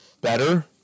better